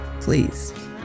please